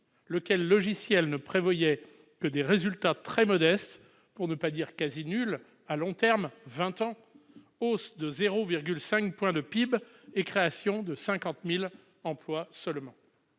Ce logiciel ne prévoyait que des résultats très modestes, pour ne pas dire quasi nuls, à long terme, sur vingt ans : hausse de 0,5 point de PIB et création de 50 000 emplois seulement.